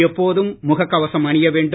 எப்போதும் முகக் கவசம் அணிய வேண்டும்